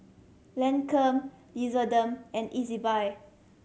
Lancome and Ezbuy